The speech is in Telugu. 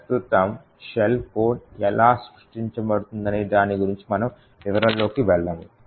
ప్రస్తుతం షెల్ కోడ్ ఎలా సృష్టించబడుతుందనే దాని గురించి మనము వివరాలలోకి వెళ్ళము